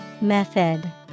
Method